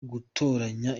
gutoranya